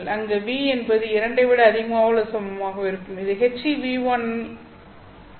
அங்கு ν என்பது 2 ஐ விட அதிகமாகவோ அல்லது சமமாகவோ இருக்கும்